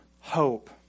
hope